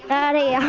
atty. yeah